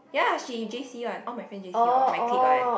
ya she j_c one all my friends j_c one all my clique one